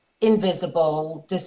invisible